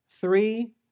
Three